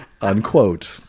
Unquote